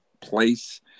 place